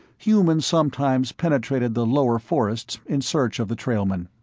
humans sometimes penetrated the lower forests in search of the trailmen.